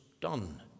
done